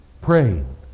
Praying